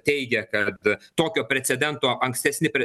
teigia kad tokio precedento ankstesni pre